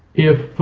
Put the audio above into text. if